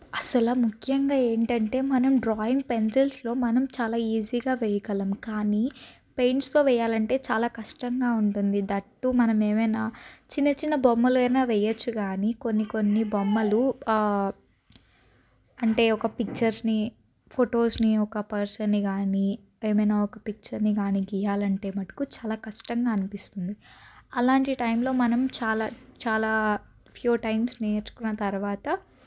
అస్సలు ముఖ్యంగా ఏంటంటే మనం డ్రాయింగ్ పెన్సిల్స్లో మనం చాలా ఈజీగా వేయగలం కానీ పెయింట్స్తో వేయాలంటే చాలా కష్టంగా ఉంటుంది దట్ టు మనం ఏమైనా చిన్న చిన్న బొమ్మలు అయినా వేయొచ్చు కాని కొన్ని కొన్ని బొమ్మలు అంటే ఒక పిక్చర్స్ని ఫొటోస్ని ఒక పర్సన్ని కాని ఏమైనా ఒక పిక్చర్ని కాని గీయాలంటే మటుకు చాలా కష్టంగా అనిపిస్తుంది అలాంటి టైంలో మనం చాలా చాలా ఫ్యూ టైమ్స్ నేర్చుకున్న తర్వాత